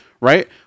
right